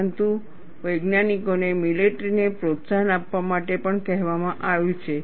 પરંતુ વૈજ્ઞાનિકોને મિલેટરીને પ્રોત્સાહન આપવા માટે પણ કહેવામાં આવ્યું છે